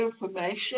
information